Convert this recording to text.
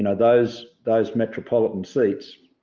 know, those those metropolitan seats,